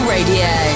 Radio